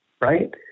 right